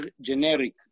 generic